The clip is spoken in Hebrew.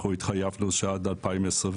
אנחנו התחייבנו שעד 2026